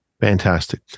Fantastic